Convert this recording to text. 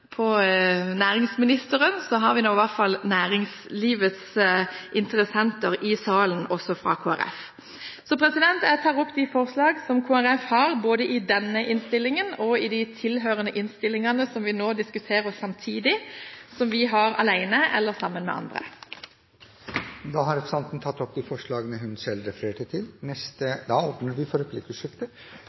av næringsministeren har vi nå i hvert fall næringslivets interessenter i salen, også fra Kristelig Folkeparti. Jeg tar opp forslagene fra Kristelig Folkeparti og Venstre i Innst. 372 S, med de tilhørende innstillingene som vi nå diskuterer samtidig. Representanten Dagrun Eriksen har tatt opp de forslag hun refererte til. Det blir replikkordskifte. Først vil jeg takke for